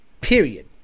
Period